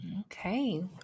Okay